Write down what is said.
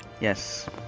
Yes